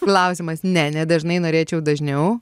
klausimas ne ne dažnai norėčiau dažniau